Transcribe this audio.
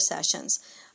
sessions